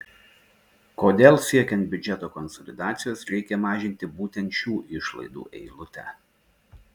kodėl siekiant biudžeto konsolidacijos reikia mažinti būtent šių išlaidų eilutę